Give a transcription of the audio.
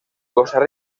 costa